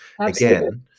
Again